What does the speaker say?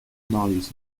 marius